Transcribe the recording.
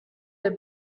der